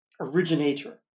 originator